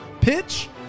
pitch